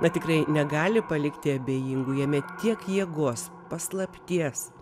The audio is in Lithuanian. na tikrai negali palikti abejingų jame tiek jėgos paslapties